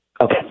Okay